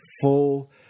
full